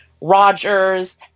Rogers